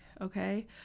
okay